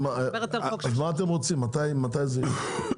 אז מה אתם רוצים, מתי זה יהיה?